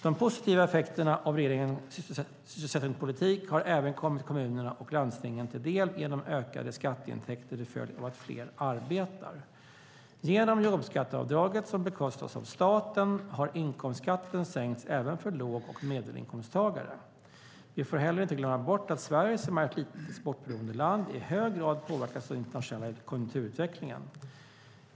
De positiva effekterna av regeringens sysselsättningspolitik har även kommit kommunerna och landstingen till del genom ökade skatteintäkter till följd av att fler arbetar. Genom jobbskatteavdraget, som bekostas av staten, har inkomstskatten sänkts även för låg och medelinkomsttagare. Vi får inte heller glömma bort att Sverige, som är ett litet exportberoende land, i hög grad påverkas av den internationella konjunkturutvecklingen.